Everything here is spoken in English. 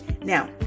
Now